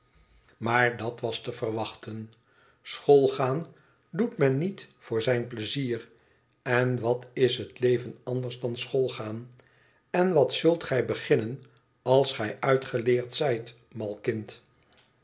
maar dat was te verwachten schoolgaan doet men niet voor zijn pleizier en wat is het leven anders dan schoolgaan en wat zult gij beginnen als gij uitgeleerd zijt mal kind